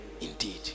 indeed